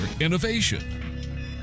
innovation